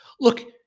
look